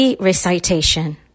recitation